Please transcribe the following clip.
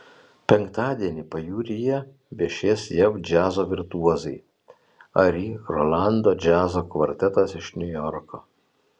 penktadienį pajūryje viešės jav džiazo virtuozai ari rolando džiazo kvartetas iš niujorko